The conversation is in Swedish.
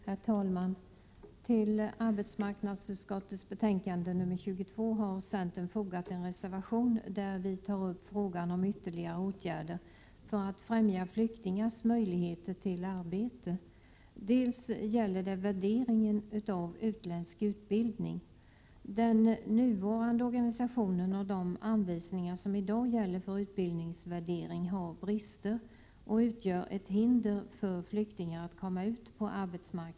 Herr talman! Till arbetsmarknadsutskottets betänkande 22 har vi i centern fogat en reservation där vi tar upp frågan om ytterligare åtgärder för att främja flyktingars möjligheter till arbete. Det gäller bl.a. värderingen av utländsk utbildning. Den nuvarande organisationen och de anvisningar som i dag gäller för utbildningsvärdering har brister och utgör ett hinder för flyktingar att komma = Prot. 1987/88:136 ut på arbetsmarknaden.